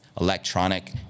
Electronic